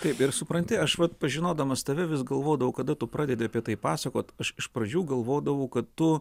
taip ir supranti aš vat pažinodamas tave vis galvodavau kada tu pradedi apie tai pasakot aš iš pradžių galvodavau kad tu